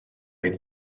mynd